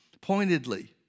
pointedly